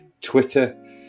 Twitter